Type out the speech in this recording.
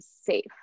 safe